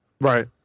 Right